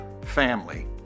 family